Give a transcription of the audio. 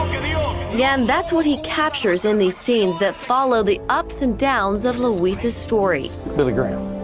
yeah that's what he captures in these scenes that follow the ups and downs of luis' story. billy graham.